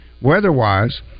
weather-wise